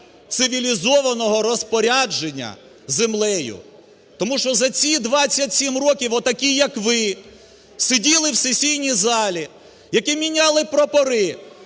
цивілізованого розпорядження землею. Тому що за ці 27 років отакі, як ви, сиділи в сесійній залі, які міняли прапори